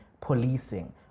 policing